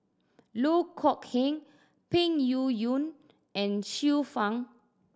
Loh Kok Heng Peng Yuyun and Xiu Fang